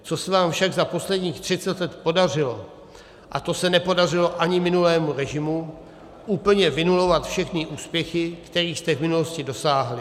Co se vám však za posledních 30 let podařilo, a to se nepodařilo ani minulému režimu, úplně vynulovat všechny úspěchy, kterých jste v minulosti dosáhli.